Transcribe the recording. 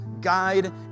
guide